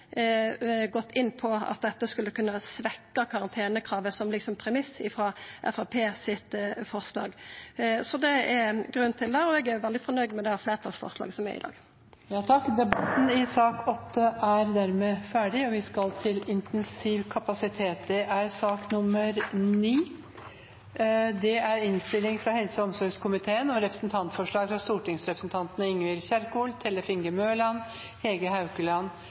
gått inn på at dette skulle kunne svekkje karantenekravet, som ligg som premiss i Framstegspartiets forslag. Så det er grunnen til det, og eg er veldig fornøgd med det fleirtalsforslaget som er i dag. Flere har ikke bedt om ordet til sak nr. 8. Etter ønske fra helse- og omsorgskomiteen vil presidenten ordne debatten slik: 3 minutter til